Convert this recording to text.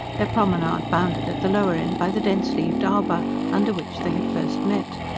their promenade bounded at the lower end by the dense-leaved arbour under which they had first met.